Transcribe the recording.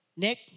Nick